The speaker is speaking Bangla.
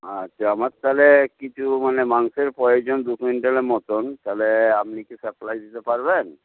আচ্ছা আমার তাহলে কিছু মানে মাংসের প্রয়োজন দু কুইন্টালের মতন তাহলে আপনি কি সাপ্লাই দিতে পারবেন